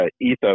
ethos